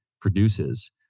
produces